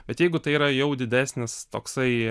bet jeigu tai yra jau didesnis toksai